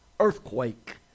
earthquake